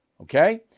Okay